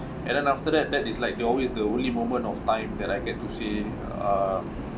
and then after that that is like the always the only moment of time that I get to say uh